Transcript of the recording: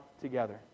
together